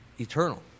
eternal